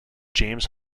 james